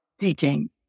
teaching